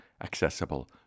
accessible